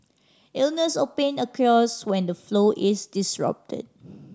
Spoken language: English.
illness or pain occurs when the flow is disrupted